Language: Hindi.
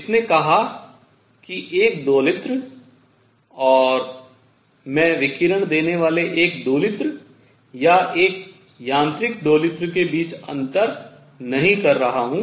इसने कहा कि एक दोलित्र और मैं विकिरण देने वाले एक दोलित्र या एक यांत्रिक दोलित्र के बीच अंतर नहीं कर रहा हूँ